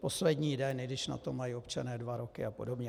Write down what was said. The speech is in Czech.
Poslední den, i když na to mají občané dva roky a podobně.